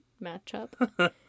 matchup